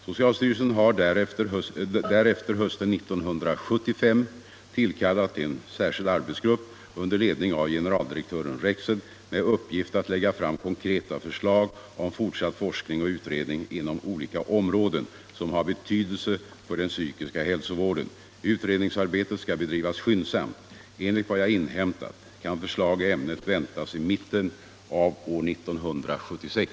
Socialstyrelsen har därefter hösten 1975 tillkallat en särskild arbetsgrupp under ledning av generaldirektören Rexed med uppgift att lägga fram konkreta förslag om fortsatt forskning och utredning inom olika områden som har betydelse för den psykiska hälsovården. Utredningsarbetet skall bedrivas skyndsamt. Enligt vad jag inhämtat kan förslag i ämnet väntas i mitten av år 1976.